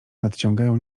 nadciągają